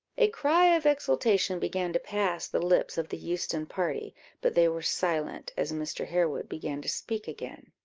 a cry of exultation began to pass the lips of the euston party but they were silent, as mr. harewood began to speak again.